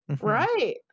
Right